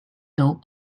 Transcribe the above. don’t